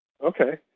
okay